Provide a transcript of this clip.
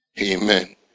Amen